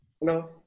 hello